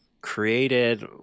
created